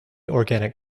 organic